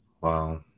Wow